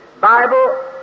Bible